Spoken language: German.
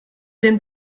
dem